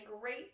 great